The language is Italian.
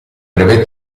breve